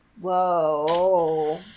whoa